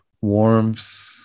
warmth